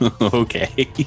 Okay